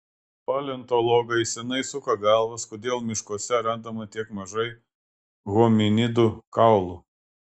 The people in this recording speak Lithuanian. paleontologai seniai suka galvas kodėl miškuose randama tiek mažai hominidų kaulų